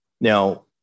Now